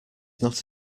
not